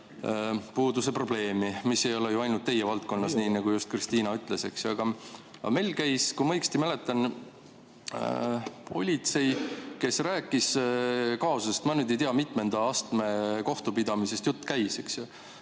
tööjõupuuduse probleemi, mis ei ole ju ainult teie valdkonnas, nii nagu just Kristina ütles. Aga meil käis, kui ma õigesti mäletan, politsei [esindaja], kes rääkis kaasusest – ma ei tea, mitmenda astme kohtupidamisest jutt käis